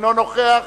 אינו נוכח.